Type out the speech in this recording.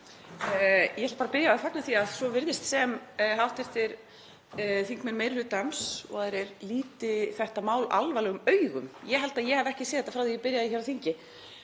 Ég ætla að byrja á að fagna því að svo virðist sem hv. þingmenn meiri hlutans og aðrir líti þetta mál alvarlegum augum. Ég held að ég hafi ekki séð þetta frá því að ég byrjaði á þingi,